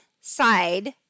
side